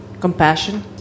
Compassion